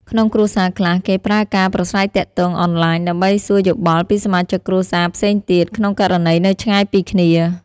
ក្នុងគ្រួសារខ្លះ គេប្រើការប្រាស្រ័យទាក់ទងអនឡាញ ដើម្បីសួរយោបល់ពីសមាជិកគ្រួសារផ្សេងទៀត ក្នុងករណីនៅឆ្ងាយពីគ្នា។